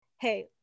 hey